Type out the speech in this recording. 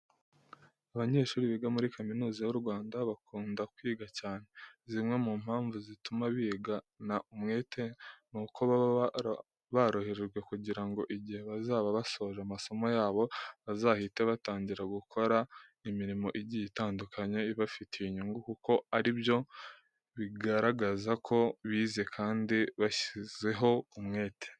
Abanyeshuri biga muri Kaminuza y'u Rwanda bakunda kwiga cyane. Zimwe mu mpamvu zituma bigana umuhate ni uko baba baroherejwe kugira ngo igihe bazaba basoje amasomo yabo, bazahite batangira gukora imirimo igiye itandukanye ibafitiye inyungu kuko ari byo bigaragaza ko bize kandi bashyizeho umwete.